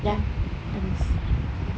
dah dah habis